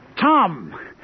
Tom